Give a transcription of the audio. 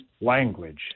language